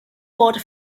wurde